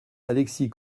alexis